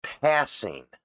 passing